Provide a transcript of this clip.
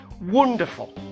Wonderful